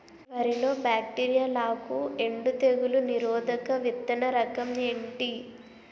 వరి లో బ్యాక్టీరియల్ ఆకు ఎండు తెగులు నిరోధక విత్తన రకం ఏంటి?